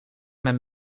mijn